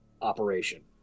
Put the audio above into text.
operation